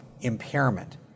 impairment